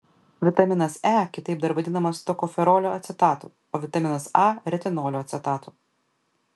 vitaminas e kitaip dar vadinamas tokoferolio acetatu o vitaminas a retinolio acetatu